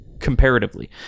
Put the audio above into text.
comparatively